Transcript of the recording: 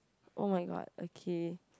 oh-my-god okay